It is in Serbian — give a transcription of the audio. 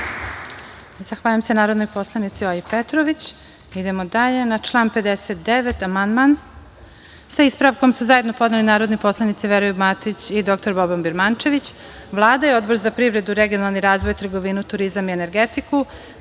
Zahvaljujem se narodnoj poslanici Olji Petrović. Na član 59. amandman, sa ispravkom, su zajedno podneli narodni poslanici Veroljub Matić i dr Boban Birmančević. Vlada i Odbor za privredu, regionalni razvoj, trgovinu, turizam i energetiku